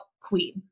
queen